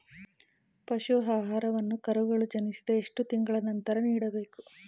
ಪಶು ಆಹಾರವನ್ನು ಕರುಗಳು ಜನಿಸಿದ ಎಷ್ಟು ತಿಂಗಳ ನಂತರ ನೀಡಬೇಕು?